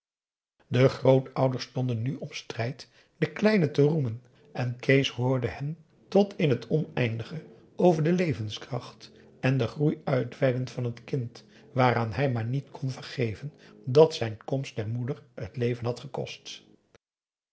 de grootouders stonden nu om strijd den kleine te roemen en kees hoorde hen tot in t oneindige over de levenskracht en den groei uitweiden van het kind waaraan hij maar niet kon vergeven dat zijn komst der moeder het leven had gekost